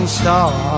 star